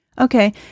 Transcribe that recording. Okay